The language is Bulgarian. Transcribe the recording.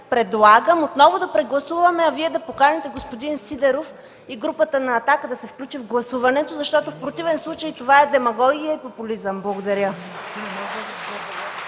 предлагам отново да прегласуваме, а Вие да поканите господин Сидеров и групата на „Атака” да се включи в гласуването, защото в противен случай това е демагогия и популизъм. Благодаря.